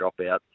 dropout